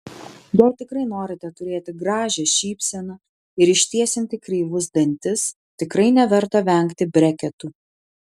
jei tikrai norite turėti gražią šypseną ir ištiesinti kreivus dantis tikrai neverta vengti breketų